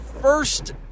first